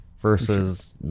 Versus